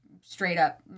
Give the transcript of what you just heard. straight-up